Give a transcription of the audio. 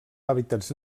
hàbitats